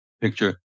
picture